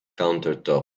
countertop